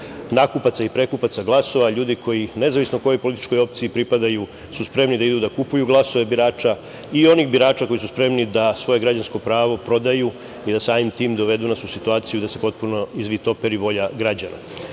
nakupaca i prekupaca glasova, ljudi koji nezavisno kojoj političkoj opciji pripadaju, su spremni da idu da kupuju glasove birača i onih birača koji su spremni da svoje građansko pravo prodaju i da samim tim dovedu nas u situaciju da se potpuno izvitoperi volja građana. Znači,